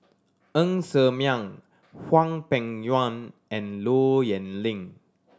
Ng Ser Miang Hwang Peng Yuan and Low Yen Ling